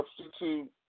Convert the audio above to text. Substitute